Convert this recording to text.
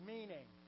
Meaning